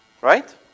right